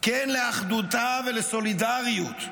כן לאחדותה ולסולידריות.